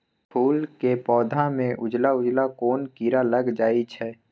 फूल के पौधा में उजला उजला कोन किरा लग जई छइ?